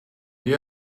you